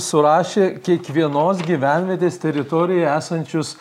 surašė kiekvienos gyvenvietės teritorijoje esančius